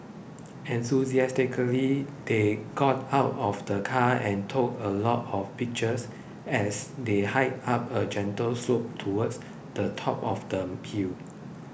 enthusiastically they got out of the car and took a lot of pictures as they hiked up a gentle slope towards the top of the hill